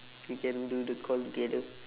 we can do the call together